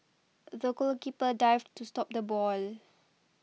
the goalkeeper dived to stop the ball